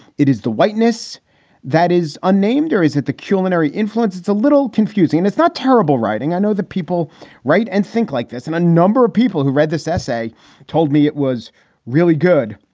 it is the whiteness that is unnamed or is it the culinary influence? it's a little confusing and it's not terrible writing. i know that people write and think like this. and a number of people who read this essay told me it was really good.